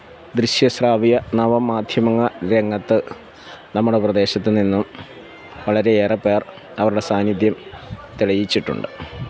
ദൃശ്യ ശ്രാവ്യ നവമാധ്യമങ്ങ രംഗത്ത് നമ്മുടെ പ്രദേശത്തുനിന്നും വളരെയേറെ പേര് അവരുടെ സാന്നിധ്യം തെളിയിച്ചിട്ടുണ്ട്